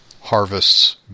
harvests